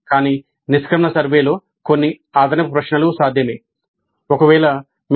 కానీ నిష్క్రమణ సర్వేలో కొన్ని అదనపు ప్రశ్నలు సాధ్యమే